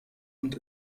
und